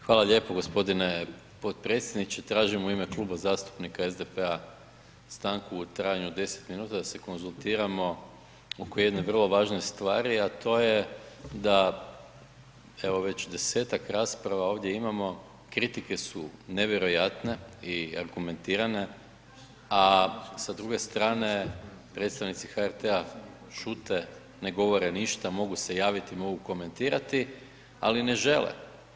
Hvala lijepo g. potpredsjedniče, tražim u ime Kluba zastupnika SDP-a stanku u trajanju od 10 minuta da se konzultiramo oko jedne vrlo važne stvari a to je da evo već desetak rasprava ovdje imamo, kritike su nevjerojatne i argumentirane a sa druge strane, predstavnici HRT-a šute, ne govore ništa, mogu se javiti, mogu komentirati ali ne žele.